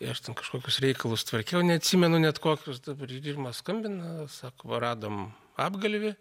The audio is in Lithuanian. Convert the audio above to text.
aš kažkokius reikalus tvarkiau neatsimenu net kokius žodžiu ir irma skambina sako va radom apgalvį